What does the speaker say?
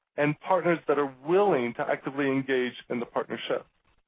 and partners that are willing to actively engage in the partnership.